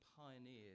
pioneered